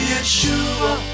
Yeshua